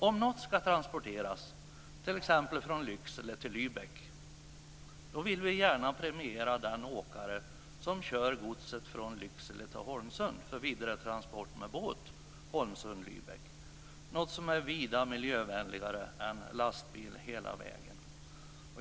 Om något ska transporteras, t.ex. från Lycksele till Lübeck, vill vi gärna premiera den åkare som kör godset från Lycksele till Holmsund för vidare transport med båt mellan Holmsund och Lübeck, något som är vida miljövänligare än transport med lastbil hela vägen.